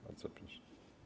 Bardzo proszę.